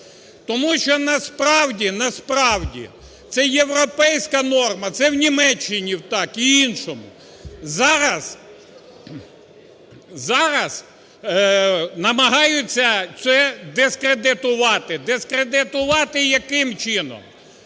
насправді це європейська норма, це в Німеччині так і іншому. Зараз намагаються це дискредитувати. Дискредитувати яким чином?